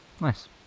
Nice